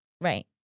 Right